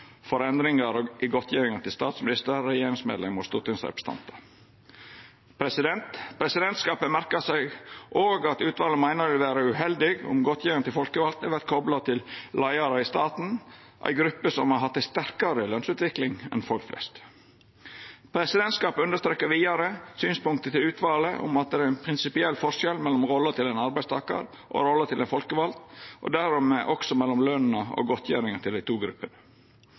for endringar i godtgjeringane til statsminister, regjeringsmedlemer og stortingsrepresentantar. Presidentskapet merkar seg òg at utvalet meiner det vil vere uheldig om godtgjeringa til folkevalde vert kopla til leiarar i staten, ei gruppe som har hatt ei sterkare lønsutvikling enn folk flest. Presidentskapet understrekar vidare synspunktet til utvalet om at det er ein prinsipiell forskjell mellom rolla til ein arbeidstakar og rolla til ein folkevald, og dermed også mellom løna og godtgjeringa til dei to gruppene.